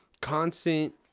constant